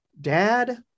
dad